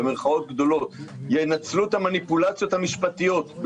במירכאות גדולות ינצלו את המניפולציות המשפטיות,